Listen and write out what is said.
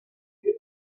you